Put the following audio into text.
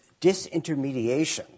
disintermediation